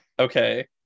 Okay